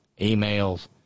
emails